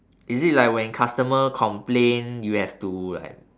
is it like when customer complain you have to like